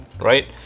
right